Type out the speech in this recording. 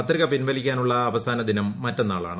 പത്രിക പിൻവലിക്കാനുള്ള അവസാന ദിനം മറ്റന്നാളാണ്